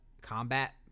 combat